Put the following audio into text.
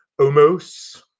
Omos